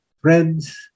friends